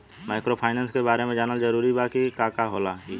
Microfinance के बारे में जानल जरूरी बा की का होला ई?